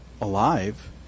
alive